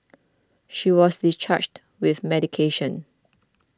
she was discharged with medication